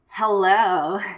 Hello